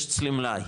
יש אצלי מלאי,